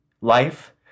life